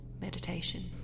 Meditation